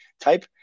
type